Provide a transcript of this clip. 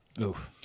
Oof